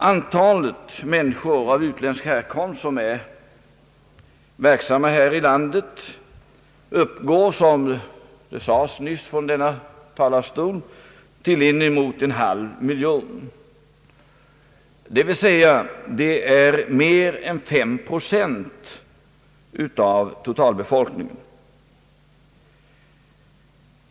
Antalet människor av utländsk härkomst som är verksamma i vårt land uppgår, som det sades tidigare från denna talarstol, till inemot en halv miljon. Det är mer än 5 procent av totalbefolkningen.